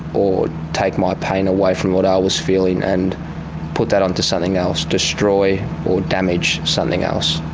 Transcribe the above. or take my pain away from what i was feeling and put that onto something else, destroy or damage something else.